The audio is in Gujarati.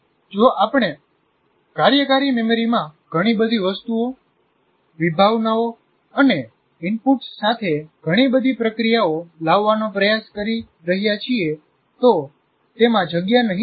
જો આપણે કાર્યકારી મેમરીમાં ઘણી બધી વસ્તુઓ વિભાવનાઓ અને ઇનપુટ્સ સાથે ઘણી બધી પ્રક્રિયાઓ લાવવાનો પ્રયાસ કરી રહ્યા છીએ - તો તેમાં જગ્યા નહીં રહે